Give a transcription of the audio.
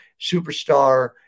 superstar